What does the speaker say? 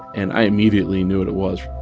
and i immediately knew what it was.